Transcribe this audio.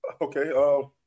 Okay